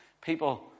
People